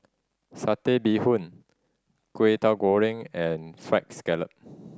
Satay Bee Hoon Kwetiau Goreng and Fried Scallop